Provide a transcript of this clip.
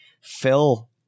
Phil